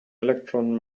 electron